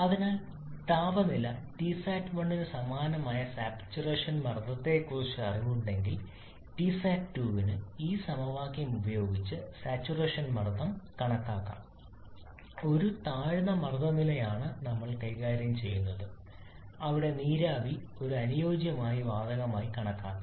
അതിനാൽ താപനില Tsat1 ന് സമാനമായ സാച്ചുറേഷൻ മർദ്ദത്തെക്കുറിച്ച് അറിവുണ്ടെങ്കിൽ Tsat2 ന് ഈ സമവാക്യം ഉപയോഗിച്ച് സാച്ചുറേഷൻ മർദ്ദം കണക്കാക്കാം ഒരു താഴ്ന്ന മർദ്ദ നിലയാണ് നമ്മൾ കൈകാര്യം ചെയ്യുന്നത് അവിടെ നീരാവി ഒരു അനുയോജ്യമായ വാതകമായി കണക്കാക്കാം